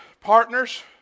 partners